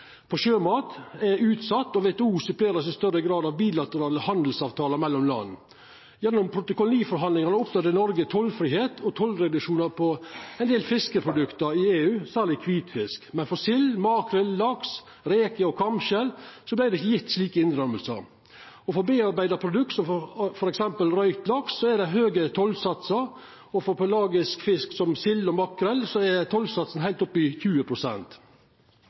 sjømat, er utsett, og WTO vert i større grad supplert av bilaterale handelsavtalar mellom land. Gjennom protokoll 9-forhandlingane oppnådde Noreg tollfridom og tollreduksjonar på ein del fiskeprodukt i EU, særleg kvitfisk, men for sild, makrell, laks, reker og kamskjel vart det ikkje gjeve slik innrømming. For foredla produkt, som f.eks. røykt laks, er det høge tollsatsar, og for pelagisk fisk, som sild og makrell, er tollsatsen heilt oppe i